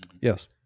yes